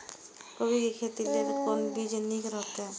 कोबी के खेती लेल कोन बीज निक रहैत?